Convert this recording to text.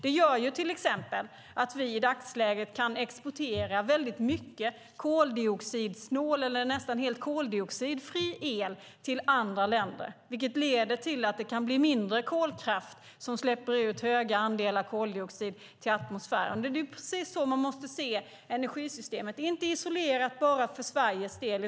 Det gör att vi i dagsläget kan exportera mycket koldioxidsnål eller nästan helt koldioxidfri el till andra länder. Det leder till mindre kolkraft som släpper ut höga andelar koldioxid till atmosfären. Det är precis så vi måste se energisystemet. Det är inte isolerat bara för Sveriges del.